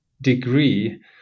degree